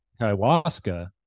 ayahuasca